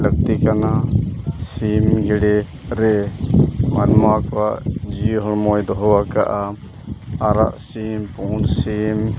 ᱞᱟᱹᱠᱛᱤ ᱠᱟᱱᱟ ᱥᱤᱢ ᱜᱮᱸᱰᱮ ᱨᱮ ᱢᱟᱱᱚᱣᱟ ᱠᱚᱣᱟᱜ ᱡᱤᱣᱤ ᱦᱚᱲᱢᱚᱭ ᱫᱚᱦᱚ ᱟᱠᱟᱜᱼᱟ ᱟᱨᱟᱜ ᱥᱤᱢ ᱯᱩᱸᱰ ᱥᱤᱢ